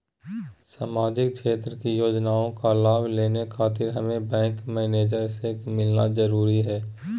सामाजिक क्षेत्र की योजनाओं का लाभ लेने खातिर हमें बैंक मैनेजर से मिलना जरूरी है?